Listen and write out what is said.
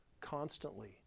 constantly